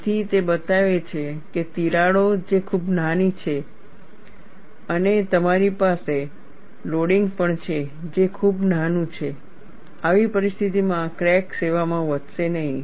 તેથી તે બતાવે છે કે તિરાડો જે ખૂબ નાની છે અને તમારી પાસે લોડિંગ પણ છે જે ખૂબ નાનું છે આવી પરિસ્થિતિઓમાં ક્રેક સેવામાં વધશે નહીં